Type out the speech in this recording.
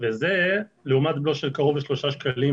וזה לעומת בלו של קרוב לשלושה שקלים